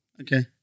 Okay